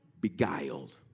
Beguiled